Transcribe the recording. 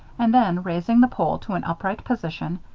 and then, raising the pole to an upright position,